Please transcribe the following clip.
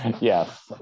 Yes